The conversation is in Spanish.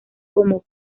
como